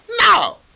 No